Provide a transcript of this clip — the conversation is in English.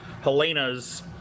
Helena's